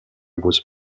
was